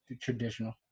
traditional